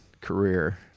career